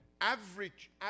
average